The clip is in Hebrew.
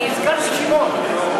אני הזכרתי שמות.